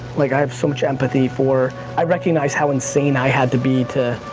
like i have so much empathy for, i recognize how insane i had to be to.